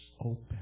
open